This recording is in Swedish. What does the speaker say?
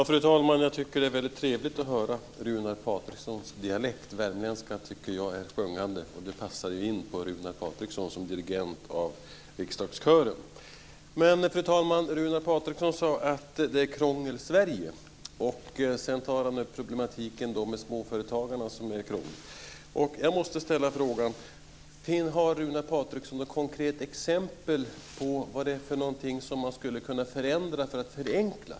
Fru talman! Jag tycker att det är mycket trevligt att höra Runar Patrikssons dialekt. Jag tycker att värmländska är sjungande, och det passar in på Runar Men, fru talman, Runar Patriksson sade att det är Krångelsverige. Sedan tog han upp problematiken med småföretagarna. Jag måste ställa en fråga. Har Runar Patriksson något konkret exempel på vad det är för någonting som man skulle kunna förändra för att förenkla?